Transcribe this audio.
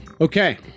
Okay